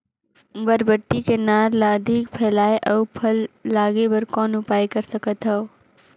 बरबट्टी के नार ल अधिक फैलाय अउ फल लागे बर कौन उपाय कर सकथव?